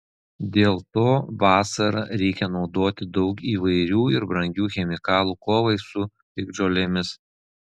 dėl to vasarą reikia naudoti daug įvairių ir brangių chemikalų kovai su piktžolėmis